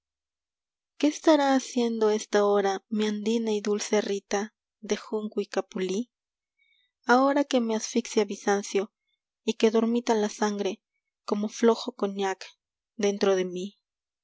qué estará haciendo esta hora mi andina y dulce rita de junco y capulí ahora que me asfixia bizancio y que dormita la sangre como flojo cognac dentro de mí